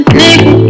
nigga